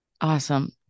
Awesome